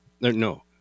No